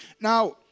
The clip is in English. Now